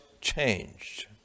changed